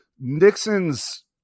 Nixon's